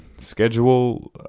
schedule